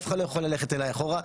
אף אחד לא יכול ללכת אליי אחורה,